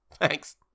Thanks